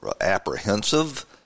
apprehensive